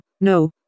no